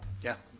yeah.